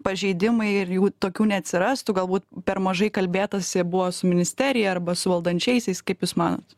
pažeidimai ir jų tokių neatsirastų galbūt per mažai kalbėtasi buvo su ministerija arba su valdančiaisiais kaip jūs manot